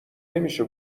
نمیشه